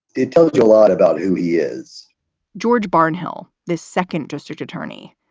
it tells you a lot about who he is george barnhill, the second district attorney,